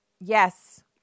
yes